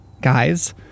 guys